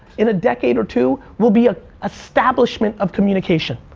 in a decade or two, will be a establishment of communication.